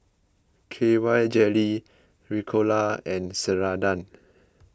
K Y Jelly Ricola and Ceradan